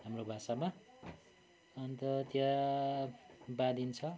हाम्रो भाषामा अन्त त्यहाँ बाँधिन्छ